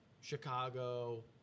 Chicago